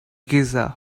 giza